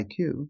IQ